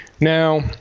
Now